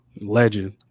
legend